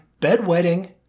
bedwetting